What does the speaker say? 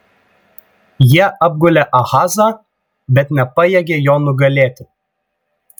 jie apgulė ahazą bet nepajėgė jo nugalėti